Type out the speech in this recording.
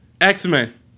X-Men